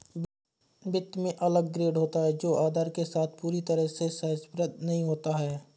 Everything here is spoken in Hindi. वित्त में अलग ग्रेड होता है जो आधार के साथ पूरी तरह से सहसंबद्ध नहीं होता है